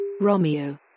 Romeo